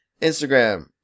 instagram